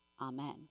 Amen